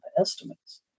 estimates